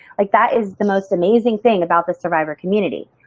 like that is the most amazing thing about the survivor community.